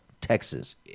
Texas